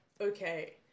okay